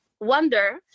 Wonder